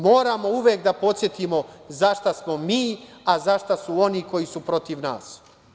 Moramo uvek da podsetimo za šta smo mi, a za šta su oni koji su protiv nas.